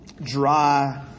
Dry